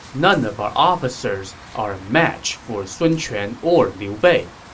none of our officers are a match for sun quan or liu bei.